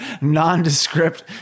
nondescript